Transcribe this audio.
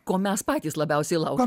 ko mes patys labiausiai laukiam